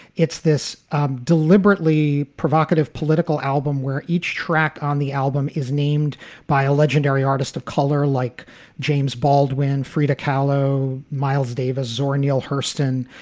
it's this deliberately provocative political album where each track on the album is named by a legendary artist of color like james baldwin, frida kahlo, miles davis, zora neale hurston.